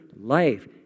life